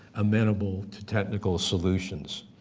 amenable to technical solutions.